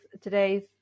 today's